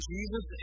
Jesus